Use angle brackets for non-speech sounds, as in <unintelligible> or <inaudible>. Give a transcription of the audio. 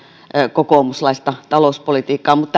kokoomuslaista talouspolitiikkaa mutta <unintelligible>